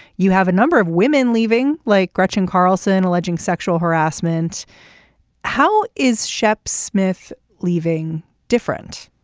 you have a number of women leaving like gretchen carlson and alleging sexual harassment how is shep smith leaving different